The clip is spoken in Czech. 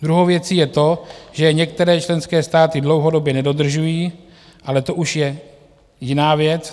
Druhou věcí je to, že některé členské státy je dlouhodobě nedodržují, ale to už je jiná věc.